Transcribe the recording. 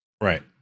Right